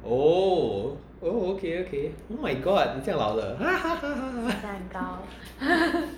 oh oh okay okay oh my god 你这样老了哈哈哈哈哈